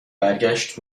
برگشت